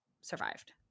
survived